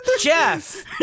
Jeff